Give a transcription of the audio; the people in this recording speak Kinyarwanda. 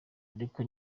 ariko